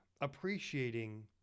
appreciating